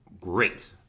great